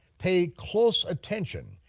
pay close attention,